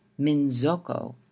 minzoko